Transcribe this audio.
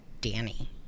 Danny